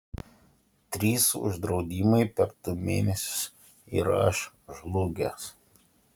trys uždraudimai per du mėnesius ir aš žlugęs